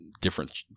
different